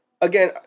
Again